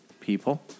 people